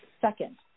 second